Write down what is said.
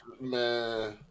Man